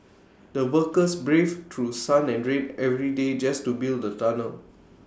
the workers brave through sun and rain every day just to build the tunnel